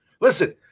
Listen